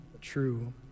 true